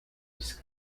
its